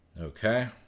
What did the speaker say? Okay